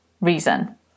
reason